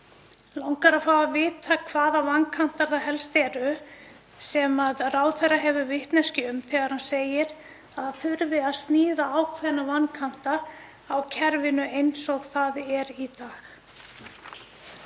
langar að fá að vita hvaða vankantar það helst eru sem ráðherra hefur vitneskju um þegar hann segir að það þurfi að sníða ákveðna vankanta af kerfinu eins og það er í dag.